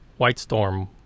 Whitestorm